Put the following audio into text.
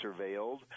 surveilled